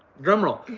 drum roll.